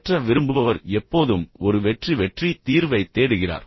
அகற்ற விரும்புபவர் எப்போதும் ஒரு வெற்றி வெற்றி தீர்வைத் தேடுகிறார்